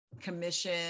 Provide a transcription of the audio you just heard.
commission